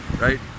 right